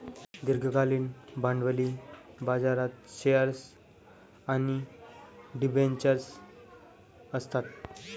दीर्घकालीन भांडवली बाजारात शेअर्स आणि डिबेंचर्स असतात